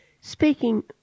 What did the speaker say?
speaking